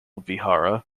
vihara